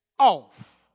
Off